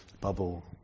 bubble